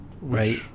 Right